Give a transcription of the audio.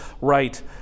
right